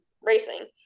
racing